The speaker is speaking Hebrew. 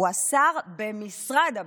הוא השר במשרד הביטחון.